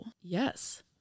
yes